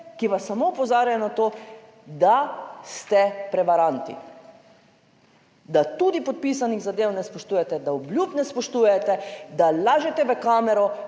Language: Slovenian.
ki vas samo opozarjajo na to, da ste prevaranti, da tudi podpisanih zadev ne spoštujete, da obljub ne spoštujete, da lažete v kamero,